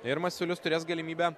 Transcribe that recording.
ir masiulius turės galimybę